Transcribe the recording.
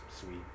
sweet